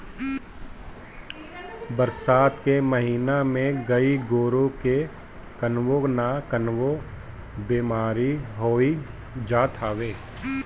बरसात के महिना में गाई गोरु के कवनो ना कवनो बेमारी होइए जात हवे